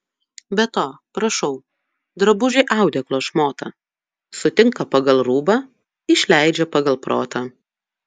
be to prašau drabužiui audeklo šmotą sutinka pagal rūbą išleidžia pagal protą